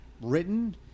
written